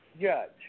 judge